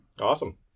Awesome